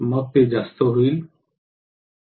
मग ते जास्त होईल